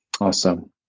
Awesome